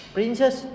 Princess